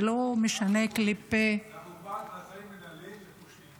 ולא משנה כלפי --- אנחנו בעד מעצרים מינהליים לפושעים,